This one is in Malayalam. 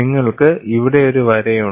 നിങ്ങൾക്ക് ഇവിടെ ഒരു വരയുണ്ട്